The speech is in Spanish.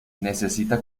necesita